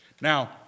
Now